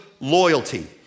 loyalty